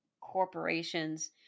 corporations